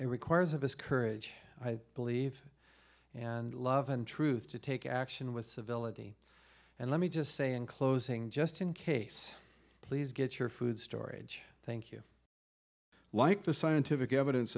it requires of us courage i believe and love and truth to take action with civility and let me just say in closing just in case please get your food storage thank you like the scientific evidence